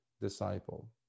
disciple